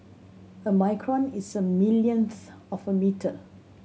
a micron is a millionth of a metre